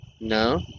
No